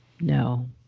No